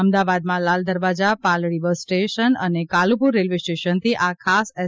અમદાવાદમાં Lal Darwaja Paldi bus station અને Kalupur railway સ્ટેશનથી આ ખાસ એસ